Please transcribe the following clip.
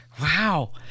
wow